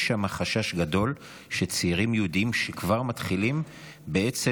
יש שם חשש גדול שצעירים יהודים כבר מתחילים בעצם